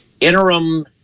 interim